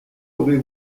aurez